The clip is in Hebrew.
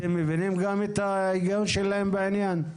אתם מבינים גם את ההיגיון שלהם בעניין?